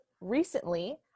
Recently